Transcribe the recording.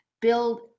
build